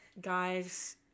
Guys